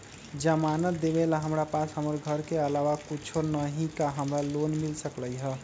जमानत देवेला हमरा पास हमर घर के अलावा कुछो न ही का हमरा लोन मिल सकई ह?